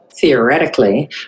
theoretically